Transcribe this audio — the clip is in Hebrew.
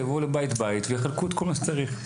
יבואו לבית-בית ויחלקו את כל מה שצריך.